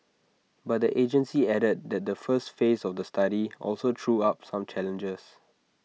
but the agency added that the first phase of the study also threw up some challenges